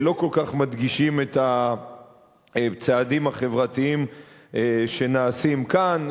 לא כל כך מדגישים את הצעדים החברתיים שנעשים כאן,